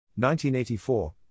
1984